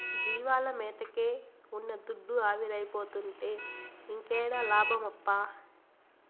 జీవాల మేతకే ఉన్న దుడ్డు ఆవిరైపోతుంటే ఇంకేడ లాభమప్పా